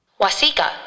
wasika